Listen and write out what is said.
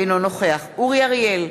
אינו נוכח אורי אריאל,